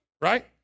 Right